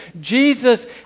Jesus